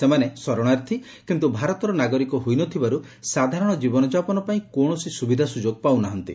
ସେମାନେ ଶରଣାର୍ଥୀ କିନ୍ତୁ ଭାରତର ନାଗରିକ ହୋଇନଥିବାରୁ ସାଧାରଣ ଜୀବନଯାପନ ପାଇଁ କୌଣସି ସୁବିଧା ସୁଯୋଗ ପାଉନାହାନ୍ତି